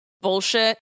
bullshit